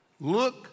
Look